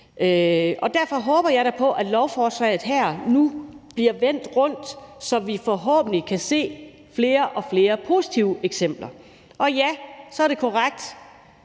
Derfor håber jeg da på, at lovforslaget her nu bliver vendt rundt, så vi forhåbentlig kan se flere og flere positive eksempler. Og ja, så er det korrekt